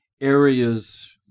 areas